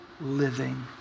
living